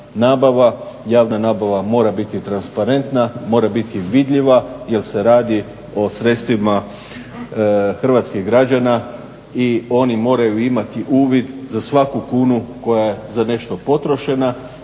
nabava. Javna nabava mora biti transparentna, mora biti vidljiva jer se radi o sredstvima hrvatskih građana i oni moraju imati uvid za svaku kunu koja je za nešto potrošena